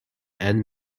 and